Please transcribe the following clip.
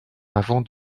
avant